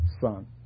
son